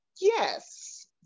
Yes